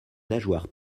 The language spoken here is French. nageoires